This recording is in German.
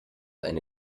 eine